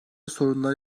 sorunlara